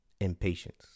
impatience